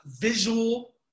visual